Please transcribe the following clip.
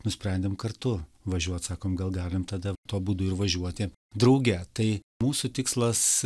nusprendėm kartu važiuot sakom gal galim tada tuo būdu ir važiuoti drauge tai mūsų tikslas